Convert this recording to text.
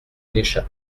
lès